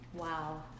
Wow